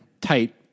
tight